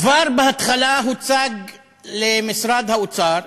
כבר בהתחלה הוצג למשרד האוצר,